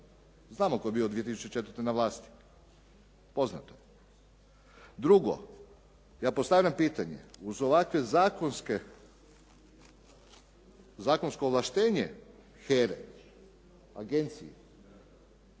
Znamo tko je bio 2004. na vlasti, poznato je. Drugo, ja postavljam pitanje, uz ovakvo zakonsko ovlaštenje HERA-e agenciji